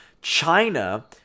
China